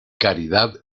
caridad